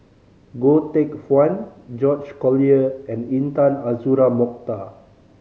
Goh Teck Phuan George Collyer and Intan Azura Mokhtar